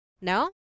No